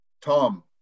Tom